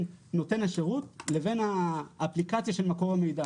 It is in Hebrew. נותן השירות לבין האפליקציה של מקור המידע.